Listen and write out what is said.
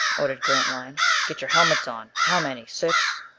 ordered grantline. get your helmets on! how many? six.